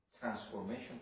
transformation